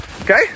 Okay